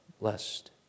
blessed